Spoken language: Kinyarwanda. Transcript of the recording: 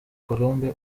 colombe